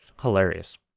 Hilarious